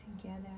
together